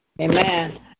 Amen